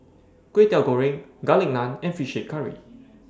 Kway Teow Goreng Garlic Naan and Fish Head Curry